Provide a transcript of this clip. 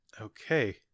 Okay